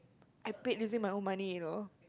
I paid using my own money you know